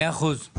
מאה אחוז.